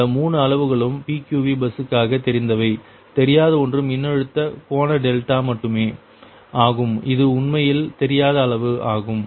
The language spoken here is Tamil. இந்த 3 அளவுகளும் PQV பஸ்ஸுக்காக தெரிந்தவை தெரியாத ஒன்று மின்னழுத்த கோண டெல்டா மட்டுமே ஆகும் இது உண்மையில் தெரியாத அளவு ஆகும்